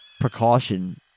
precaution